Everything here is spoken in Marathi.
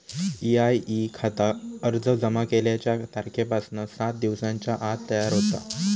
ई.आय.ई खाता अर्ज जमा केल्याच्या तारखेपासना सात दिवसांच्या आत तयार होता